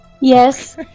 Yes